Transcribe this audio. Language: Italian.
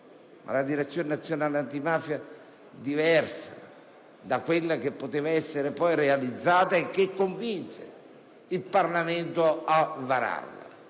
ma una Direzione nazionale antimafia diversa da quella che poteva essere realizzata e che convinse il Parlamento a varare.